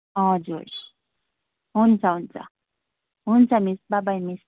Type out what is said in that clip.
हजुर हुन्छ हुन्छ हुन्छ मिस बाइ बाइ मिस